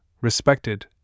respected